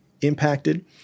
impacted